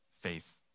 faith